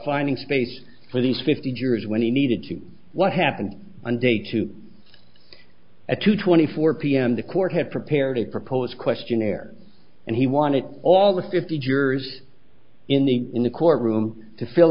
finding space for these fifty jurors when he needed to what happened on day two at two twenty four pm the court had prepared a proposed questionnaire and he wanted all the fifty jurors in the in the court room to fill